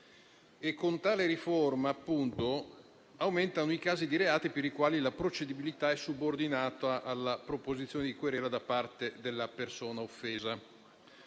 Con tale riforma, appunto, aumentano i casi di reati per i quali la procedibilità è subordinata alla proposizione di querela da parte della persona offesa.